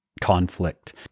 conflict